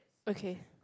okay